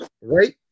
right